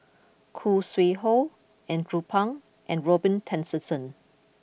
Khoo Sui Hoe Andrew Phang and Robin Tessensohn